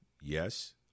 Yes